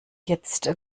jetzt